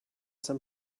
some